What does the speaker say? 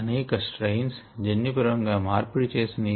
అనేక స్ట్రయిన్స్ జన్యు పరముగా మార్పిడి చేసిన ఈ